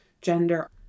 gender